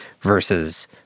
versus